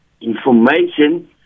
information